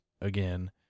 again